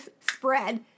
spread